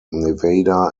nevada